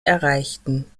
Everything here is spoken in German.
erreichten